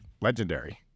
legendary